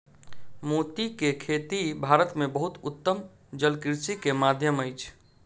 मोती के खेती भारत में बहुत उत्तम जलकृषि के माध्यम अछि